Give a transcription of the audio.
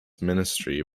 ministry